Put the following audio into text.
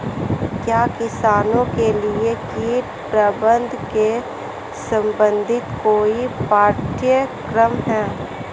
क्या किसानों के लिए कीट प्रबंधन से संबंधित कोई पाठ्यक्रम है?